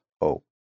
hope